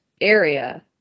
area